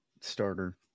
starter